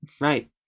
Right